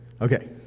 Okay